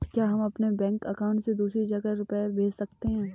क्या हम अपने बैंक अकाउंट से दूसरी जगह रुपये भेज सकते हैं?